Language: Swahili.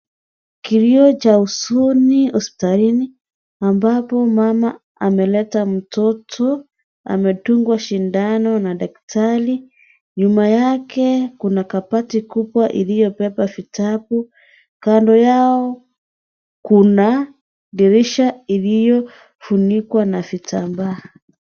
Kilio cha huzuni hospitalini ambapo mama ameleta mtoto, amedungwa sindano na daktari ,nyuma yake kuna kabati kubwa iliyobeba vitabu , kando yao kuna dirisha iliyofunikwa na vitambaa.